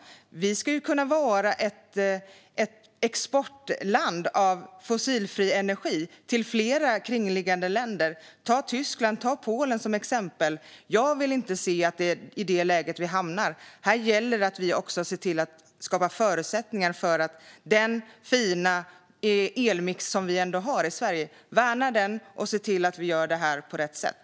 Vi ska ju kunna vara ett exportland av fossilfri energi till flera kringliggande länder. Jag kan ta Tyskland och Polen som exempel. Jag vill inte se att det är i det läget vi hamnar. Här gäller det att vi skapar förutsättningar för att värna den fina elmix som vi ändå har i Sverige och se till att vi gör det här på rätt sätt.